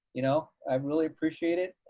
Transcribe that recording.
you know, i really appreciate it.